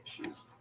issues